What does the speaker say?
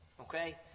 Okay